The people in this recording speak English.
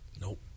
Nope